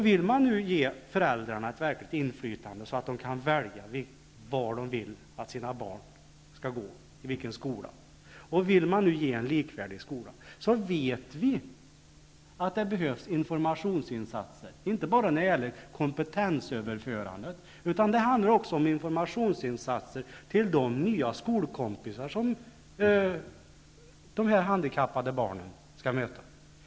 Vill man nu ge föräldrarna ett verkligt inflytande så att de kan välja i vilken skola de vill att deras barn skall gå, och vill man ge en likvärdig skola, vet vi att det behövs informationsinsatser inte bara när det gäller kompetensöverförandet. Det handlar också om informationsinsatser till de nya skolkompisar som dessa handikappade barn skall möta.